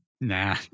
nah